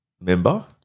member